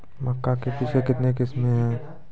मक्का के बीज का कितने किसमें हैं?